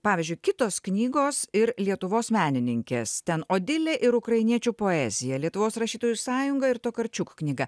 pavyzdžiui kitos knygos ir lietuvos menininkės ten odili ir ukrainiečių poezija lietuvos rašytojų sąjunga ir to karčiukų knyga